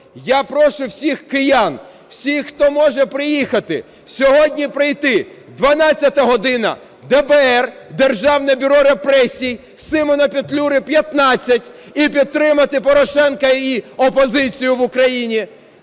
я прошу всіх киян, всіх, хто може, приїхати, сьогодні прийти 12 година в ДБР, "державне бюро репресій", Симона Петлюри 15 і підтримати Порошенка і опозицію в Україні.